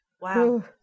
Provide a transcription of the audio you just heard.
wow